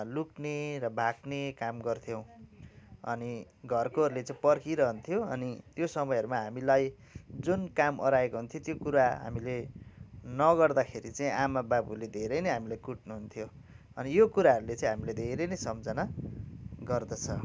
लुक्ने र भाग्ने काम गर्थ्यौँ अनि घरकोहरूले चाहिँ पर्खिरहन्थ्यो अनि त्यो समयहरूमा हामीलाई जुन काम अह्राएको हुन्थ्यो त्यो कुरा हामीले नगर्दाखेरि चाहिँ आमा बाबुले धेरै नै हामीलाई कुटनुहुन्थ्यो अनि यो कुराहरूले चाहिँ हामीले धेरै नै समझना गर्दछ